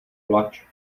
plač